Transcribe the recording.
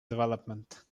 development